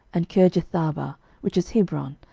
and kirjatharba, which is hebron,